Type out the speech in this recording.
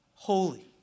Holy